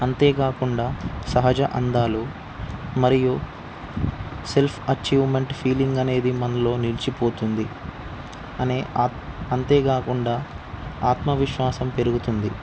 అంతేకాకుండా సహజ అందాలు మరియు సెల్ఫ్ అచీవ్మెంట్ ఫీలింగ్ అనేది మనలో నిలిచిపోతుంది అనే అంతేకాకుండా ఆత్మవిశ్వాసం పెరుగుతుంది